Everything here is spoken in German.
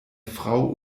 frau